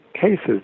cases